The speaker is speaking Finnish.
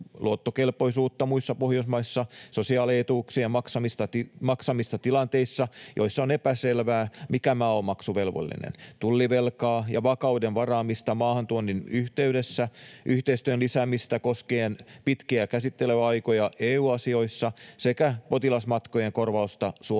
luottokelpoisuutta muissa Pohjoismaissa, sosiaalietuuksien maksamista tilanteissa, joissa on epäselvää, mikä maa on maksuvelvollinen, tullivelkaa ja vakuuden varaamista maahantuonnin yhteydessä, yhteistyön lisäämistä koskien pitkiä käsittelyaikoja EU-asioissa sekä potilasmatkojen korvausta Suomen